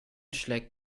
schlägt